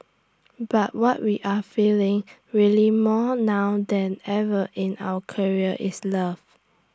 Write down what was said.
but what we are feeling really more now than ever in our career is love